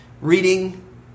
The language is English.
reading